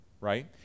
Right